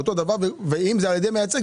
אותו דבר ואם זה על ידי מייצג,